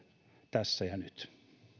tässä ja nyt